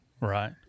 right